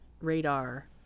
radar